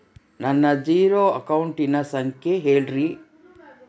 ನನ್ನ ಜೇರೊ ಅಕೌಂಟಿನ ಸಂಖ್ಯೆ ಹೇಳ್ರಿ?